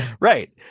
Right